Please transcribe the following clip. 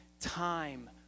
time